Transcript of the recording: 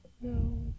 No